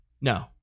No